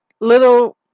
little